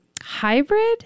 hybrid